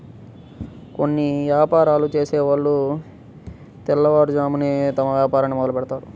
కొన్ని యాపారాలు చేసేవాళ్ళు తెల్లవారుజామునే తమ వ్యాపారాన్ని మొదలుబెడ్తారు